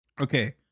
Okay